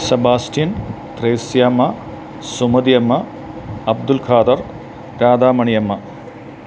Sebastian Thresiamma Sumathiyamma Abdul Khader Radhamaniamma